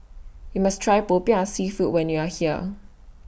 YOU must Try Popiah Seafood when YOU Are here